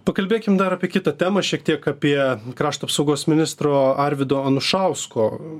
pakalbėkim dar apie kitą temą šiek tiek apie krašto apsaugos ministro arvydo anušausko